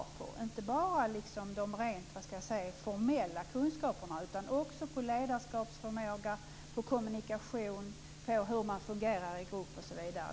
Det skall inte bara gälla de rent formella kunskaperna, utan också ledarskapsförmåga, kommunikation, hur man fungerar i grupp osv.